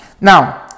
Now